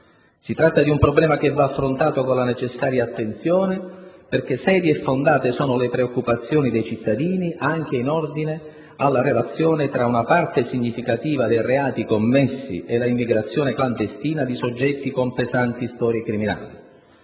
Si tratta di un problema che va affrontato con la necessaria attenzione, perché serie e fondate sono le preoccupazioni dei cittadini anche in ordine alla relazione tra una parte significativa dei reati commessi e l'immigrazione clandestina di soggetti con pesanti storie criminali.